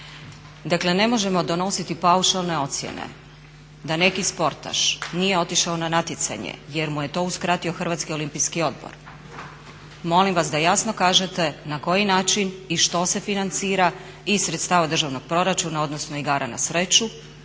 Dakle ne možemo donositi paušalne ocjene da neki sportaš nije otišao na natjecanje jer mu je to uskratio Hrvatski olimpijski odbor. Molim vas da jasno kažete na koji način i što se financira iz sredstava državnog proračuna, odnosno igara na sreću.